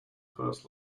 first